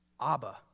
Abba